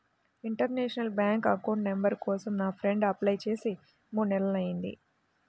international bank account number కోసం నా friend apply చేసి మూడు నెలలయ్యింది